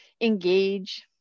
engage